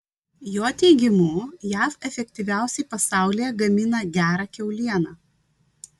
jo teigimu jav efektyviausiai pasaulyje gamina gerą kiaulieną